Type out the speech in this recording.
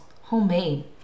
homemade